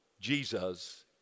Jesus